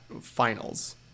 finals